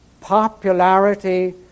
popularity